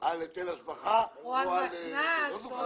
על היטל השבחה או על דבר כזה.